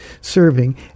serving